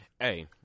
Hey